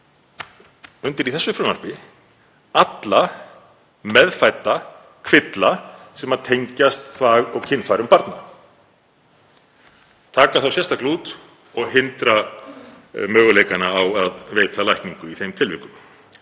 undir í þessu frumvarpi alla meðfædda kvilla sem tengjast þvag- og kynfærum barna og taka sérstaklega út og hindra möguleikana á að veita lækningu í þeim tilvikum.